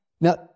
Now